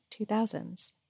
2000s